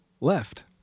left